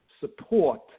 support